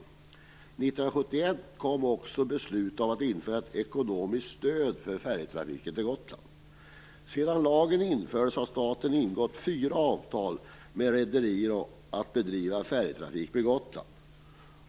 1971 fattades också ett beslut om införandet av ett ekonomiskt stöd för färjetrafiken till Gotland. Sedan lagen infördes har staten ingått fyra avtal med rederier om att bedriva färjetrafik på Gotland.